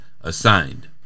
assigned